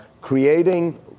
creating